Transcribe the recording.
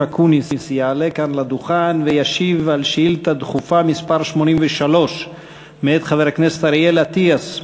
על שאילתה דחופה מס' 83 מאת חבר הכנסת אריאל אטיאס.